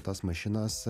tos mašinos